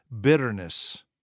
bitterness